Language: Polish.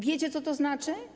Wiecie, co to znaczy?